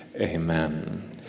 Amen